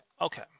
Okay